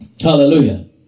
hallelujah